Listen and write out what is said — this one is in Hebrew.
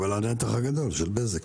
אבל הנתח הגדול הוא של בזק.